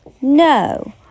No